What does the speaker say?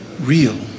real